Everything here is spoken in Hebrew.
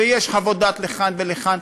יש חוות דעת לכאן ולכאן,